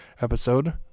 episode